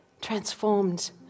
Transformed